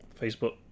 Facebook